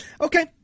Okay